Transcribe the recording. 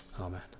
Amen